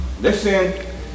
listen